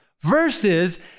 versus